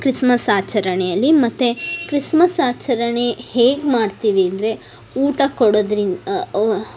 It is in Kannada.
ಕ್ರಿಸ್ಮಸ್ ಆಚರಣೆಯಲ್ಲಿ ಮತ್ತು ಕ್ರಿಸ್ಮಸ್ ಆಚರಣೆ ಹೇಗೆ ಮಾಡ್ತೀವಿ ಅಂದರೆ ಊಟ ಕೊಡೋದ್ರಿಂದ